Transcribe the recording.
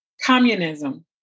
communism